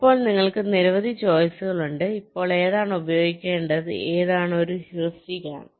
ഇപ്പോൾ നിങ്ങൾക്ക് നിരവധി ചോയ്സുകളുണ്ട് ഇപ്പോൾ ഏതാണ് ഉപയോഗിക്കേണ്ടത് എന്നത് ഒരു ഹ്യൂറിസ്റ്റിക് ആണ്